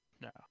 No